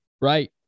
right